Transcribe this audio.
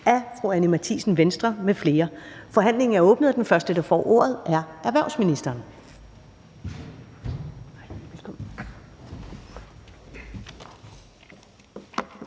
næstformand (Karen Ellemann): Forhandlingen er åbnet, og den første, der får ordet, er erhvervsministeren.